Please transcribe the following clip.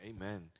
amen